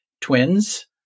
twins